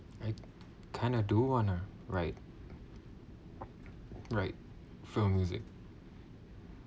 I kind of do want to write write film music